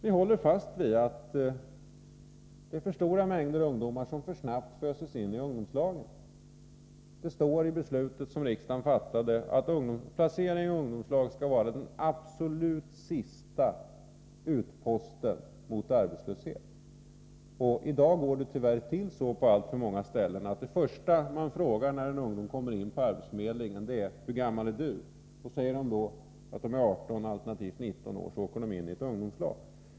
Vi håller fast vid att det är för stora mängder ungdomar som för snabbt föses in i ungdomslagen. Det står i det beslut som riksdagen fattade, att placeringen i ungdomslag skall vara den absolut sista utposten mot arbetslöshet. I dag går det tyvärr till så på alltför många ställen, att det första man frågar en ung människa som kommer in till arbetsförmedlingen är: ”Hur gammal är du?” Säger han då att han är 18 — alternativt 19 — år, så åker han in i ett ungdomslag.